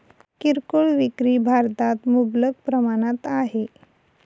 किरकोळ विक्री भारतात मुबलक प्रमाणात आहे